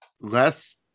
less